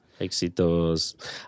Éxitos